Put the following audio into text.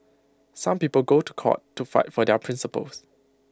some people go to court to fight for their principles